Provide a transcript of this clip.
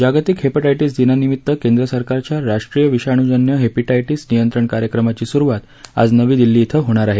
जागतिक हेपिटायटिस दिनानिमित्त केंद्र सरकारच्या राष्ट्रीय विषाणूजन्य हेपिटायटिस नियंत्रण कार्यक्रमाची सुरुवात आज नवी दिल्ली धिं होणार आहे